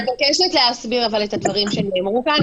אני מבקשת להסביר את הדברים שנאמרו כאן,